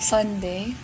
Sunday